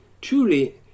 Truly